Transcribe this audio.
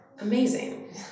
amazing